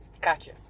Gotcha